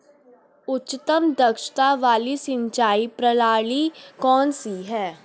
उच्चतम दक्षता वाली सिंचाई प्रणाली कौन सी है?